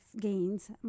gains